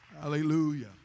Hallelujah